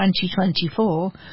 2024